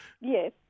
Yes